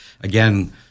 again